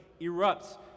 erupts